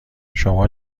شما